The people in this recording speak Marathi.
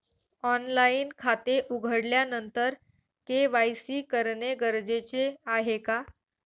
ऑनलाईन खाते उघडल्यानंतर के.वाय.सी करणे गरजेचे आहे का?